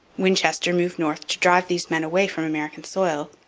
winchester moved north to drive these men away from american soil.